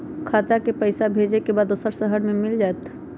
खाता के पईसा भेजेए के बा दुसर शहर में मिल जाए त?